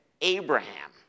Abraham